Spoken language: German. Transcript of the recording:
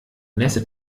nässe